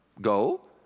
go